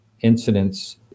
incidents